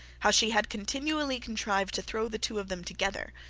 how she had continually contrived to throw the two of them together,